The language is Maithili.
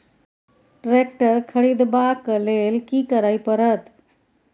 ट्रैक्टर खरीदबाक लेल की करय परत?